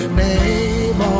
name